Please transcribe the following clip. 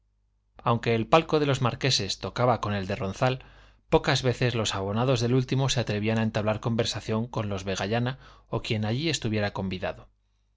aunque el palco de los marqueses tocaba con el de ronzal pocas veces los abonados del último se atrevían a entablar conversación con los vegallana o quien allí estuviera convidado